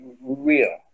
real